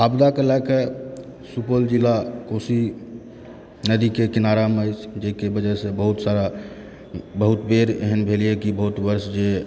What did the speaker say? आपदाके लए कऽ सुपौल जिला कोशी नदीके किनारामे अछि जाहिके वजहसँ बहुत सारा बहुत बेर एहन भेल यऽ कि बहुत वर्ष जे